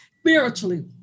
spiritually